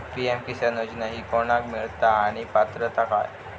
PM Kisan योजना ही कोणाक मिळता आणि पात्रता काय?